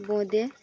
বোঁদে